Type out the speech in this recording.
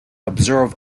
absorb